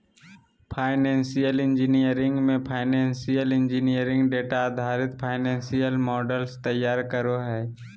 financial engineering मे financial engineer data आधारित financial models तैयार करो हय